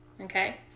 Okay